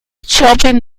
chopin